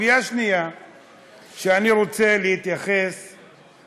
סוגיה שנייה שאני רוצה להתייחס אליה,